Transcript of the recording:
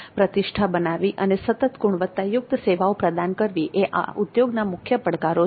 પ્રતિષ્ઠા બનાવવી અને સતત ગુણવત્તાયુક્ત સેવાઓ પ્રદાન કરવી એ આ ઉદ્યોગના મુખ્ય પડકારો છે